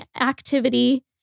activity